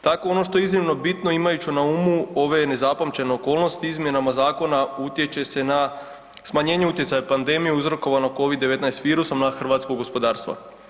Tako ono što je iznimno bitno imajući na umu ove nezapamćene okolnosti izmjenama zakona utječe se na smanjenje utjecaja pandemije uzrokovano covid-19 virusom na hrvatsko gospodarstvo.